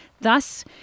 Thus